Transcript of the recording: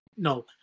No